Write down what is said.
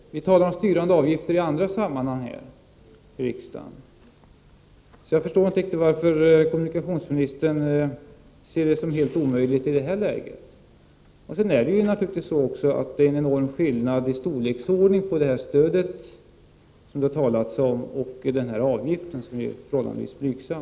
Ni talar om styrande avgifter i andra sammanhang här i riksdagen, så jag förstår inte riktigt varför kommunikationsministern ser det som helt omöjligt i det här läget. Sedan är det naturligtvis också så att det är en enorm skillnad i storleksordning mellan det stöd som det har talats om och den här avgiften, som är förhållandevis blygsam.